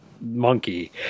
monkey